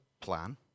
plan